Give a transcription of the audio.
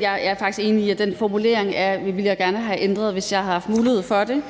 Jeg er faktisk enig i, at den formulering ville jeg gerne have ændret, hvis jeg havde haft mulighed for det.